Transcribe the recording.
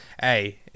Hey